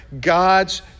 God's